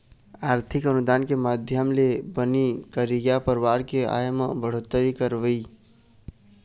आरथिक अनुदान के माधियम ले बनी करइया परवार के आय म बड़होत्तरी करवई